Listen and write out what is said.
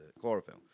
chlorophyll